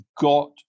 got